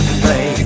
play